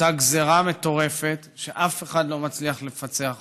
אותה גזרה מטורפת שאף אחד לא מצליח לפצח אותה,